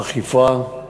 אכיפה,